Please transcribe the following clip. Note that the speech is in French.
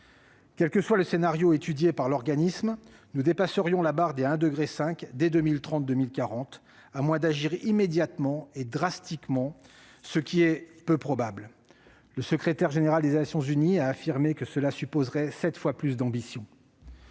Quel que soit le scénario étudié par l'organisme, nous dépasserions la barre de 1,5 degré Celsius dès 2030-2040- à moins d'agir immédiatement et radicalement, ce qui est peu probable. Le secrétaire général des Nations unies a affirmé que cela supposerait sept fois plus d'ambition.